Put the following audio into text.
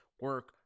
Work